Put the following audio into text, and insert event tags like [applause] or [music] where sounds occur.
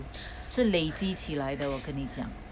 [breath]